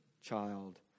child